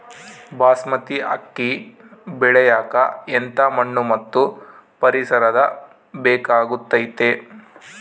ಬಾಸ್ಮತಿ ಅಕ್ಕಿ ಬೆಳಿಯಕ ಎಂಥ ಮಣ್ಣು ಮತ್ತು ಪರಿಸರದ ಬೇಕಾಗುತೈತೆ?